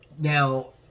Now